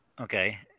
Okay